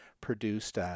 produced